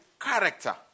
character